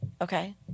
Okay